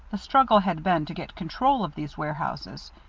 the struggle had been to get control of these warehouses.